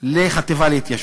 יש לחטיבה להתיישבות.